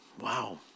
Wow